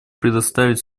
предоставить